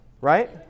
right